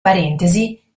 parentesi